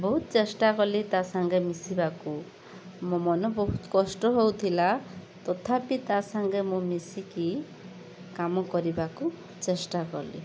ବହୁତ ଚେଷ୍ଟା କଲି ତା' ସାଙ୍ଗେ ମିଶିବାକୁ ମୋ ମନ ବହୁତ କଷ୍ଟ ହେଉଥିଲା ତଥାପି ତା' ସାଙ୍ଗେ ମୁଁ ମିଶିକି କାମ କରିବାକୁ ଚେଷ୍ଟା କଲି